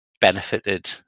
benefited